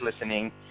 listening